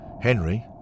Henry